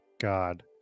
god